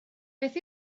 beth